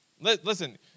Listen